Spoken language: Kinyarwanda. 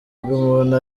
umuntu